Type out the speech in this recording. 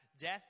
death